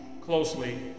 closely